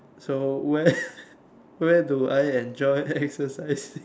so where where do I enjoy exercising